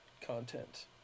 content